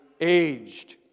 aged